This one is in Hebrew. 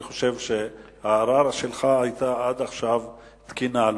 אני חושב שההערה שלך היתה עד עכשיו תקינה,